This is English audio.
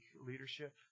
leadership